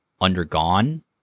undergone